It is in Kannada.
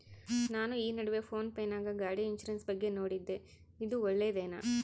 ನಾನು ಈ ನಡುವೆ ಫೋನ್ ಪೇ ನಾಗ ಗಾಡಿ ಇನ್ಸುರೆನ್ಸ್ ಬಗ್ಗೆ ನೋಡಿದ್ದೇ ಇದು ಒಳ್ಳೇದೇನಾ?